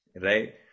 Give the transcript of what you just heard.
Right